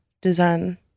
design